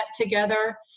together